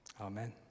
Amen